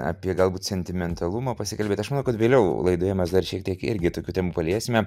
apie galbūt sentimentalumą pasikalbėti aš manau kad vėliau laidoje mes dar šiek tiek irgi tokių temų paliesime